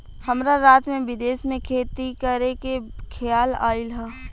हमरा रात में विदेश में खेती करे के खेआल आइल ह